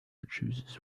chooses